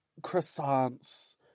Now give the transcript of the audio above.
croissants